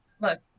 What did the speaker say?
Look